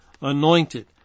anointed